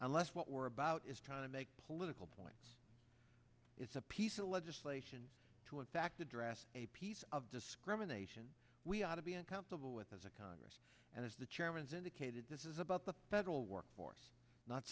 unless what we're about is trying to make political points it's a piece of legislation to a fact address a piece of discrimination we ought to be uncomfortable with as a congress and as the chairman's indicated this is about the federal workforce not